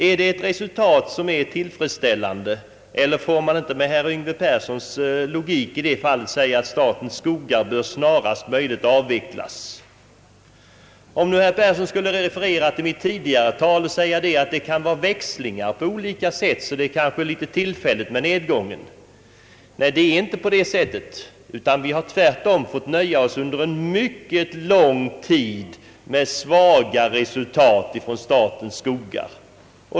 Är det ett tillfredsställande resultat, eller får man inte med herr Perssons logik i det fallet säga att statens skogar snarast möjligt bör avvecklas? Nu kan herr Persson kanske referera till mitt tidigare anförande och påpeka att växlingar förekommer och att nedgången kanske är tillfällig. Nej, det är inte på det sättet, utan vi har tvärtom under en mycket lång tid fått nöja oss med svaga resultat ifrån statens skogar.